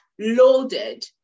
loaded